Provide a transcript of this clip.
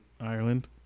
Ireland